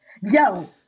yo